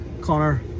Connor